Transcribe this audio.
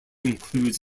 includes